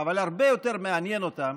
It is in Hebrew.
אבל הרבה יותר מעניין אותם